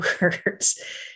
words